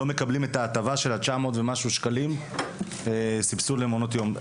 לא מקבלים את ההטבה של כ-900 שקלים סבסוד למעונות יום.